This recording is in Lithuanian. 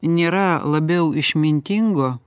nėra labiau išmintingo